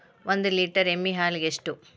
ಒಂದು ಲೇಟರ್ ಎಮ್ಮಿ ಹಾಲಿಗೆ ಎಷ್ಟು?